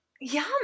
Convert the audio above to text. Yum